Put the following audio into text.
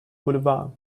boulevard